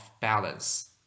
balance